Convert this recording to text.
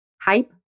hype